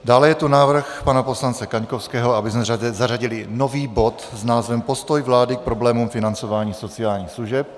Dále je tu návrh pana poslance Kaňkovského, abychom zařadili nový bod s názvem Postoj vlády k problémům financování sociálních služeb.